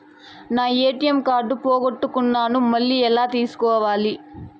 నా ATM card పోగొట్టుకున్నాను, మళ్ళీ ఎలా తీసుకోవాలి?